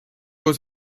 was